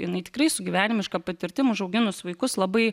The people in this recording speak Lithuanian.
jinai tikrai su gyvenimiška patirtim užauginus vaikus labai